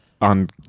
on